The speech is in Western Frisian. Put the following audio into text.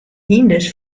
hynders